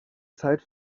zeit